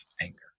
anger